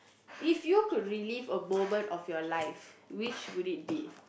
if you could relive a moment of your life which would it be